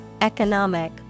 economic